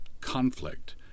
conflict